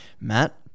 Matt